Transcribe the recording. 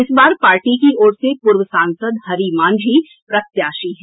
इस बार पार्टी की ओर से पूर्व सांसद हरि मांझी प्रत्याशी हैं